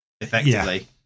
effectively